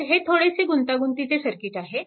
तर हे थोडेसे गुंतागुंतीचे सर्किट आहे